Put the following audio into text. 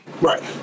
Right